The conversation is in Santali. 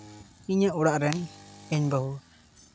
ᱤᱧᱟᱹᱜ ᱚᱲᱟᱜ ᱨᱮᱱ ᱤᱧ ᱵᱟᱹᱦᱩ